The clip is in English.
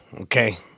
okay